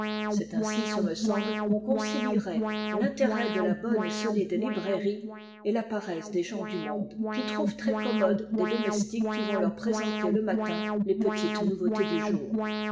c'est ainsi ce me semble qu'on concilierait l'intérêt de la bonne et solide librairie et la paresse des gens du monde qui trouvent très commodes des domestiques qui vont leur présenter le matin les petites nouveautés du jour